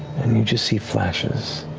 and you just see flashes.